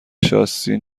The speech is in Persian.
شاسی